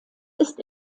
ist